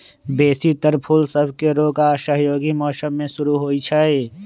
बेशी तर फूल सभके रोग आऽ असहयोगी मौसम में शुरू होइ छइ